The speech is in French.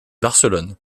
barcelone